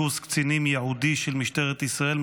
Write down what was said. קורס קצינים ייעודי של משטרת ישראל,